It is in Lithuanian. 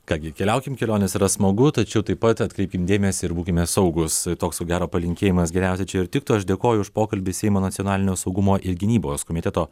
ką gi keliaukim kelionės yra smagu tačiau taip pat atkreipkim dėmesį ir būkime saugūs toks ko gero palinkėjimas geriausia čia ir tiktų aš dėkoju už pokalbį seimo nacionalinio saugumo ir gynybos komiteto